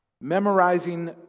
memorizing